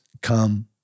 come